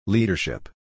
Leadership